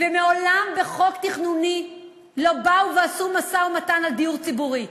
ומעולם בחוק תכנוני לא באו ועשו משא-ומתן על דיור ציבורי.